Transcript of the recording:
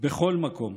בכל מקום,